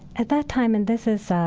at that time, and this is,